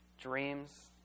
dreams